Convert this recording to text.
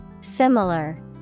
similar